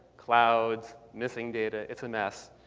clouds, missing data. it's a mess.